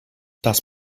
das